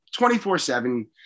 24-7